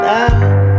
Now